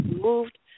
moved